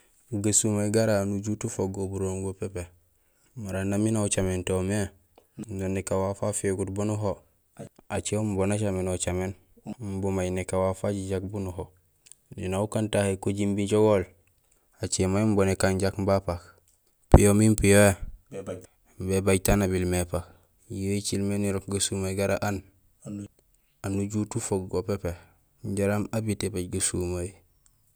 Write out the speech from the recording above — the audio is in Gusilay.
Gasumay gara aan ujut ufook go burongo pépé mara nang miin aw ucamintool mé noon nékaan waaf wafégut boon nuho acé umubo nacaménol caméén umubo may nékaan waaf wajajak bun ho éni aw ukaan tahé koji imbi jogool écé may umubo nakaan jak imbu apaak piyo min piyohé bébaj taan nabil mé épak yo écilmé niloob gasumay gara aan, aan ajut afook go pépé jaraam ébiit ébaj gasumeey.